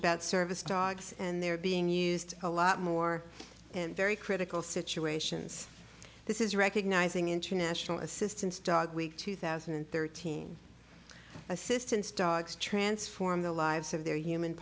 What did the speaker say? about service dogs and they're being used a lot more in very critical situations this is recognizing international assistance dog week two thousand and thirteen assistance dogs transform the lives of their human